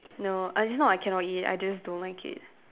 no I just not I cannot eat I just don't like it